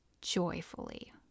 joyfully